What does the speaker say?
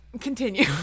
Continue